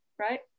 right